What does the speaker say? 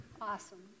Awesome